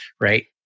right